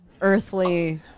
earthly